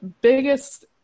biggest